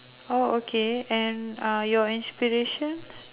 oh okay and uh your inspiration